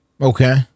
Okay